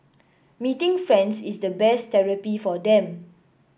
meeting friends is the best therapy for them